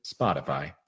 Spotify